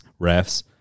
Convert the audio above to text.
refs